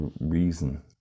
reason